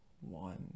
one